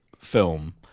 film